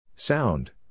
Sound